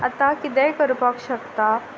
आतां कितेंय करपाक शकता